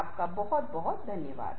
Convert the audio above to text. आपका बहुत धन्यवाद